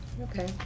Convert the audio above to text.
Okay